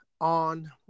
on